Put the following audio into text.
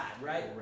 right